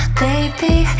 baby